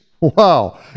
Wow